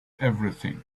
everything